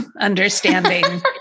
understanding